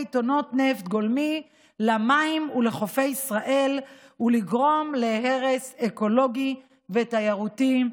טונות נפט גולמי למים ולחופי ישראל ולגרום להרס אקולוגי ותיירותי.